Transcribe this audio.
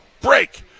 Break